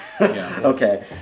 Okay